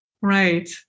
Right